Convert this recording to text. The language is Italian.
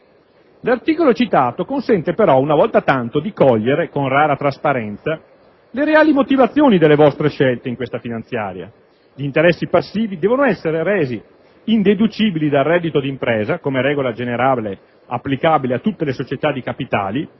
L'articolo citato consente però una volta tanto di cogliere, con rara trasparenza, le reali motivazioni delle vostre scelte in questa finanziaria: gli interessi passivi devono essere resi indeducibili dal reddito di impresa come regola generale applicabile a tutte le società di capitali